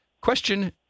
Question